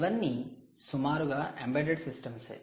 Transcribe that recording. ఇవన్నీ సుమారుగా ఎంబెడెడ్ సిస్టమ్సే